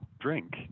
drink